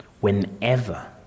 Whenever